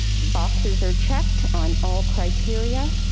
the boxes are checked on all criteria.